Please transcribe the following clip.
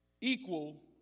equal